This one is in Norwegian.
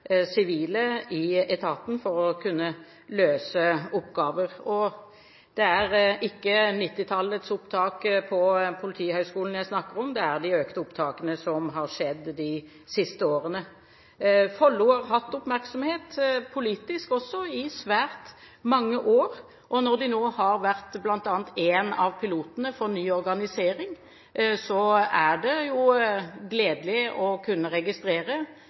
sivile i etaten for å kunne løse oppgaver. Det er ikke 1990-tallets opptak på Politihøgskolen jeg snakker om, men de økte opptakene de siste årene. Follo har fått oppmerksomhet – politisk også – i svært mange år. De har nå vært én av pilotene for ny organisering, og det er gledelig å kunne registrere